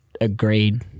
agreed